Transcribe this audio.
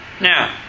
Now